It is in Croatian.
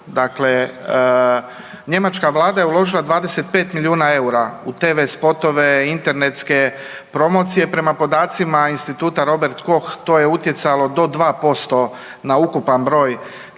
dakle njemačka vlada je uložila 25 milijuna eura u TV spotove, internetske promocije, prema podacima Instituta Robert Koch to je utjecalo do 2% na ukupan broj